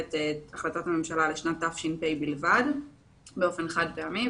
את החלטת הממשלה לשנת תש"ף בלבד באופן חד פעמי,